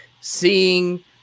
seeing